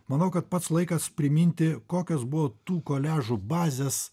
manau kad pats laikas priminti kokios buvo tų koliažų bazės